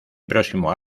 próximo